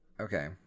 Okay